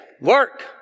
work